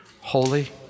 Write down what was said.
Holy